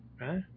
Right